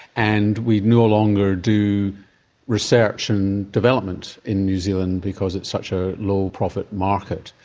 and we'd no longer do research and development in new zealand because it's such a low profit market.